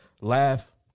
laugh